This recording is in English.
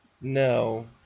No